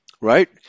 right